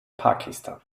pakistans